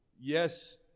yes